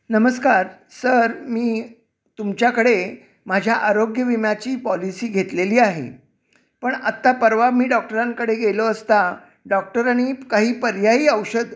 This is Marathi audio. नमस्कार सर मी तुमच्याकडे माझ्या आरोग्यविम्याची पॉलिसी घेतलेली आहे पण आत्ता परवा मी डॉक्टरांकडे गेलो असता डॉक्टरांनी काही पर्यायी औषध